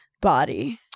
body